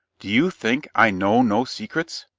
do you think i know no secrets?